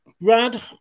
Brad